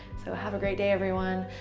so have a great day, everyone.